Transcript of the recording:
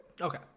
Okay